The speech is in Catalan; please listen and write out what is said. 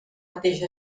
mateix